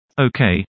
Okay